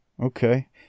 Okay